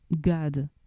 God